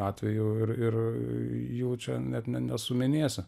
atvejų ir ir jų čia net nesuminėsi